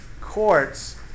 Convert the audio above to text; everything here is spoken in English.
courts